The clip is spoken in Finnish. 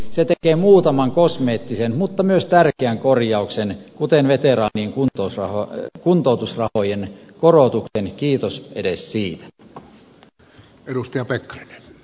se tekee muutaman kosmeettisen mutta myös tärkeän korjauksen kuten veteraanien kuntoutusrahojen korotuksen kiitos edes siitä